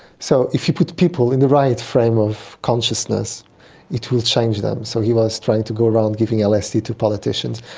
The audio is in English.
so if you put people in the right frame of consciousness it will change them, so he was trying to go around giving lsd to politicians.